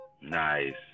Nice